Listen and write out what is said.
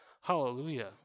Hallelujah